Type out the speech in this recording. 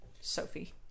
Sophie